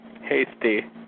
Hasty